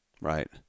Right